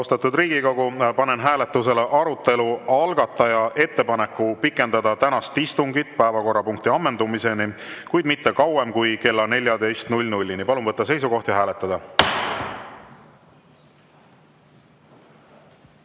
Riigikogu, panen hääletusele arutelu algataja ettepaneku pikendada tänast istungit päevakorrapunkti ammendumiseni, kuid mitte kauem kui kella 14-ni. Palun võtta seisukoht ja hääletada!